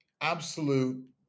absolute